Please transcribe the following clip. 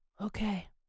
okay